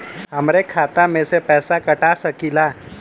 हमरे खाता में से पैसा कटा सकी ला?